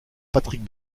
patrick